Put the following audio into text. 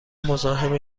مزاحم